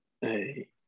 Hey